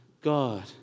God